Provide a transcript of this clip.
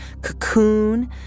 cocoon